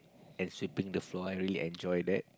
and sweeping the floor I really enjoy that